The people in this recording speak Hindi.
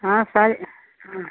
हाँ सर हाँ